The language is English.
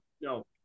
No